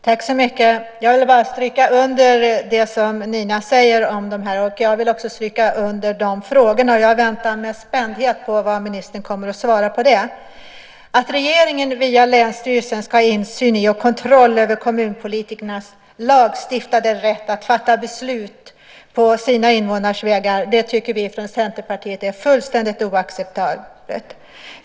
Fru talman! Jag vill bara stryka under det som Nina säger om detta. Jag vill också stryka under de frågorna. Jag väntar med spänning på vad ministern kommer att svara på dem. Att regeringen via länsstyrelsen ska ha insyn i och kontroll över kommunpolitikernas lagstiftade rätt att fatta beslut på sina invånares vägnar tycker vi från Centerpartiet är fullständigt oacceptabelt.